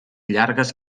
llargues